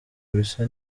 bisa